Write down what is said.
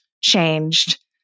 changed